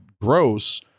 gross